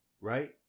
right